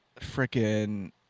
frickin